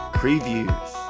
previews